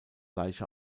leiche